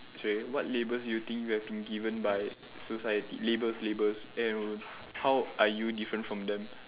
sorry what labels do you think you have been given by society labels labels and how are you different from them